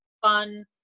fun